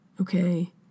okay